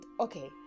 Okay